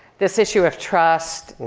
this issue of trust